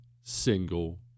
single